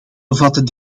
bevatten